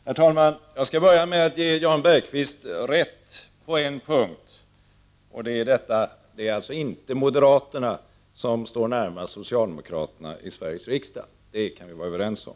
Herr talman! Jag skall börja med att ge Jan Bergqvist rätt på en punkt: Det är inte moderaterna som står närmast socialdemokraterna i Sveriges riksdag. Det kan vi vara överens om.